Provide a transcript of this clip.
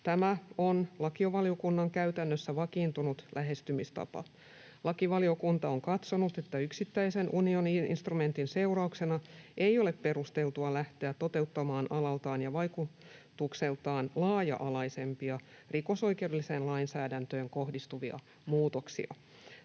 Tämä on lakivaliokunnan käytännössä vakiintunut lähestymistapa. Lakivaliokunta on katsonut, että yksittäisen unionin instrumentin seurauksena ei ole perusteltua lähteä toteuttamaan alaltaan ja vaikutukseltaan laaja-alaisempia rikosoikeudelliseen lainsäädäntöön kohdistuvia muutoksia.